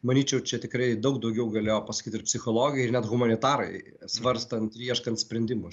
manyčiau čia tikrai daug daugiau galėjo pasakyti ir psichologai ir net humanitarai svarstant ieškant sprendimų